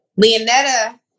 Leonetta